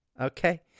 Okay